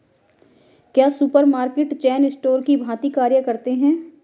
क्या supermarket chain store की भांति कार्य करते हैं?